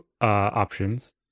options